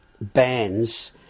bands